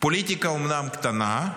הפוליטיקה אומנם קטנה,